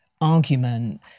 argument